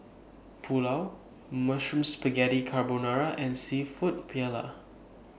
Pulao Mushroom Spaghetti Carbonara and Seafood Paella